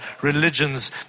religions